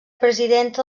presidenta